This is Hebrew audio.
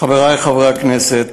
חברי חברי הכנסת,